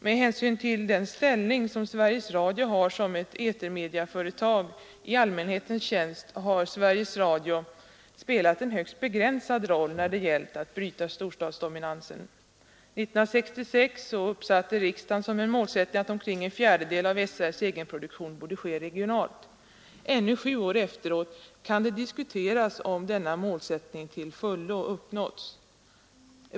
Med hänsyn till den ställning som Sveriges Radio har som ett etermediaföretag i allmänhetens tjänst har Sveriges Radio spelat en högst begränsad roll när det gällt att bryta storstadsdominansen. 1966 uppsatte riksdagen som en målsättning att omkring en fjärdedel av SR:s egenproduktion borde ske regionalt. Ännu sju år efteråt kan det diskuteras om denna målsättning till fullo uppnåtts.